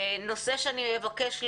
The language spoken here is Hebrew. נושא שאני אבקש להעלות,